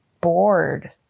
bored